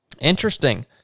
Interesting